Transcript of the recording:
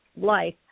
life